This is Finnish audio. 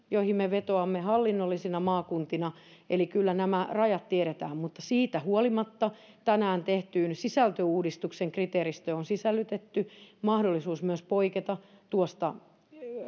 joihin me vetoamme hallinnollisina maakuntina eli kyllä nämä rajat tiedetään mutta siitä huolimatta tänään tehtyyn sisältöuudistuksen kriteeristöön on sisällytetty mahdollisuus myös poiketa tuosta